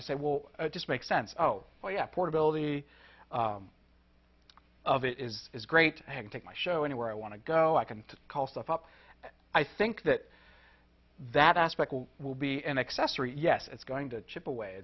and say well it just makes sense oh well yeah portability of it is is great and take my show anywhere i want to go i can to call stuff up i think that that aspect will be an accessory yes it's going to chip away